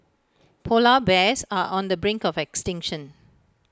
Polar Bears are on the brink of extinction